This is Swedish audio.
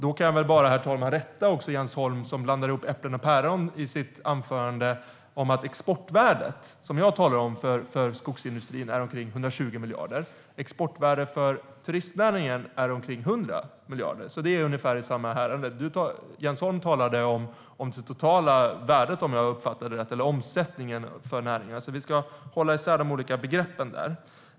Då kan jag väl bara rätta Jens Holm som blandade ihop äpplen och päron i sitt anförande. Exportvärdet för skogsindustrin, som jag talar om, är 120 miljarder, och exportvärdet för turistnäringen är omkring 100 miljarder, så det är i ungefär samma härad. Jens Holm talade om det totala värdet, om jag uppfattade det rätt, eller omsättningen för näringen. Vi ska hålla isär de olika begreppen där.